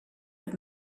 have